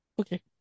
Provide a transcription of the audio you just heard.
Okay